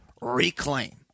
reclaim